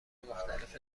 مختلف